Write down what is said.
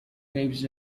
waves